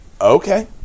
Okay